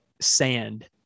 sand